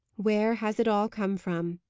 where has it all come from?